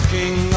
King